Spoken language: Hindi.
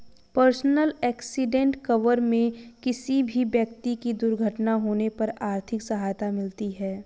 पर्सनल एक्सीडेंट कवर में किसी भी व्यक्ति की दुर्घटना होने पर आर्थिक सहायता मिलती है